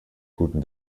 guten